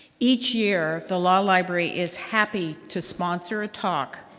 each year the law library is happy to sponsor a talk,